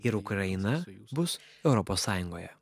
ir ukraina bus europos sąjungoje